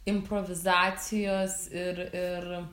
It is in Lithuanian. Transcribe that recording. improvizacijos ir ir